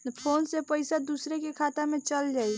Phone से पईसा दूसरे के खाता में चल जाई?